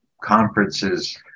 conferences